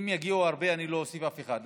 אם יגיעו הרבה, אני לא אוסיף אף אחד.